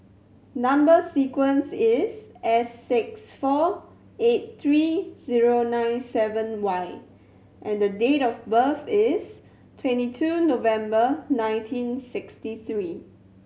number sequence is S six four eight three zero nine seven Y and the date of birth is twenty two November nineteen sixty three